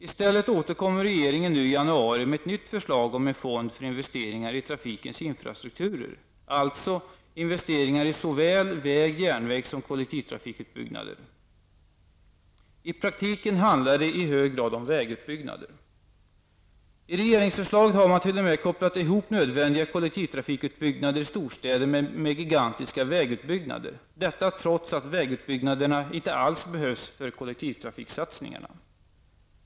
I stället återkom regeringen nu i januari med ett nytt förslag om en fond för investeringar i trafikens infrastrukturer, alltså investeringar i såväl väg-, järnvägs som kollektivtrafikutbyggnader. I praktiken handlar det i hög grad om vägutbyggnader. I regeringsförslaget har man t.o.m. kopplat ihop nödvändiga kollektivtrafikutbyggnader i storstäderna med gigantiska vägutbyggnader -- detta trots att vägutbyggnaderna inte alls behövs för kollektivtrafiksatsningarna.